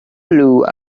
blue